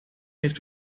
heeft